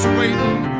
waiting